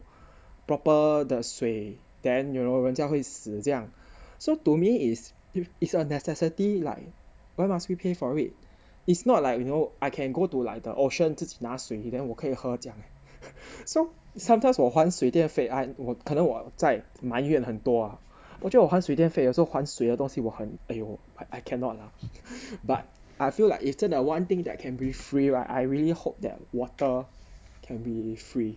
proper 的水 then you know 人家会死这样 so to me is if it's a necessity like why must we pay for it it's not like you know I can go to like the ocean 自己拿水 and then 我可以喝这样 so sometimes 我还水电费 I 我可能我在埋怨很多我觉我还水电费有时候还水的东西我很 !aiyo! I cannot lah but I feel like if 真的 ah one thing that can be free right I really hope that water can be free